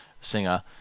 singer